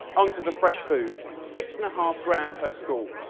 onto the fresh food six-and-a-half grand per school.